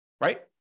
right